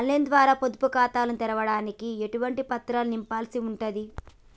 On line ద్వారా పొదుపు ఖాతాను తెరవడానికి ఎటువంటి పత్రాలను నింపాల్సి ఉంటది?